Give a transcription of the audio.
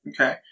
okay